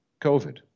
COVID